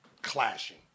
Clashing